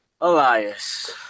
Elias